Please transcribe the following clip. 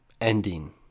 ending